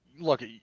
Look